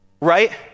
right